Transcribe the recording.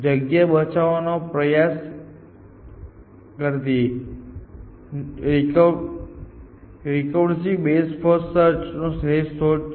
જગ્યા બચાવવાનો પ્રયાસ કરતી રેકર્સીવ બેસ્ટ ફર્સ્ટ સર્ચ શ્રેષ્ઠ શોધ એ છે કે શોધને બધી રીતે પાછી ખેંચી લે છે